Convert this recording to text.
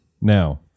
Now